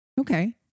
Okay